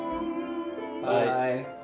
Bye